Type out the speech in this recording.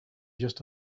just